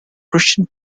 christian